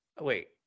wait